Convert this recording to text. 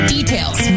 Details